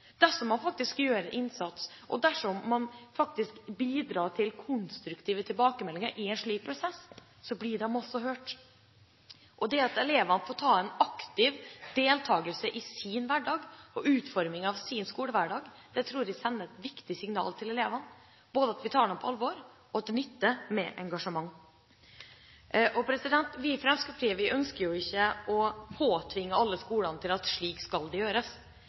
dersom man gjør en innsats, og dersom man bidrar til konstruktive tilbakemeldinger i en slik prosess, blir man også hørt. Det at elevene deltar aktivt i sin hverdag og i utformingen av sin skolehverdag, tror jeg sender et viktig signal til elevene, både om at vi tar dem på alvor og at det nytter med engasjement. Vi i Fremskrittspartiet ønsker ikke å tvinge alle skolene til å gjøre det slik.